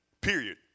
period